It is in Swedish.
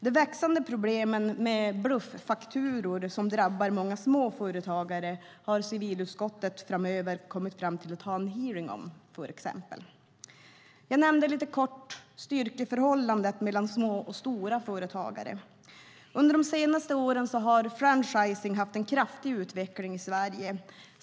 Det växande problemet med bluffakturor som drabbar många småföretagare kommer civilutskottet att ha en hearing om. Jag nämnde kort styrkeförhållandet mellan små och stora företag. Under senare år har franchising haft en kraftig utveckling i Sverige.